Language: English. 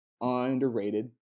underrated